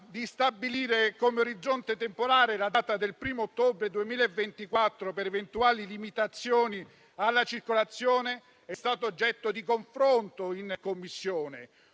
di stabilire come orizzonte temporale la data del 1° ottobre 2024 per eventuali limitazioni alla circolazione è stata oggetto di confronto in Commissione;